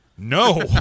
No